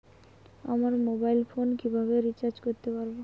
আমার mobile phone কিভাবে recharge করতে পারব?